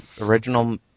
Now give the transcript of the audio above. original